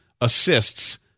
assists